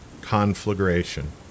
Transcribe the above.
conflagration